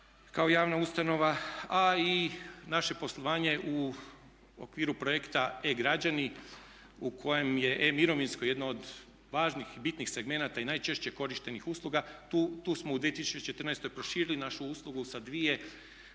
kao javna ustanova a i naši poslovanje u okviru projekta E-građani u kojem je E-mirovinsko jedno od važnih i bitnih segmenata i najčešće korištenih usluga. Tu smo u 2014. proširili našu uslugu sa dvije